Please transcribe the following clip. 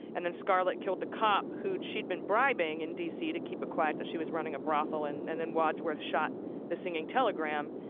and then scarlet killed the cop who'd she'd been bribing in d. c. to keep it quiet that she was running a brothel, and then then wadsworth shot the singing telegram,